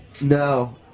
No